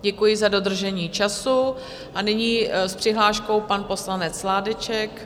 Děkuji za dodržení času a nyní s přihláškou pan poslanec Sládeček.